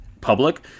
public